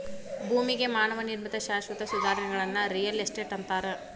ಭೂಮಿಗೆ ಮಾನವ ನಿರ್ಮಿತ ಶಾಶ್ವತ ಸುಧಾರಣೆಗಳನ್ನ ರಿಯಲ್ ಎಸ್ಟೇಟ್ ಅಂತಾರ